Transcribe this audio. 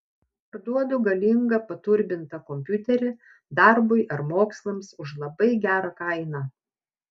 parduodu galingą paturbintą kompiuterį darbui ar mokslams už labai gerą kainą